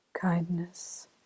kindness